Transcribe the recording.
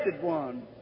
one